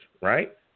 right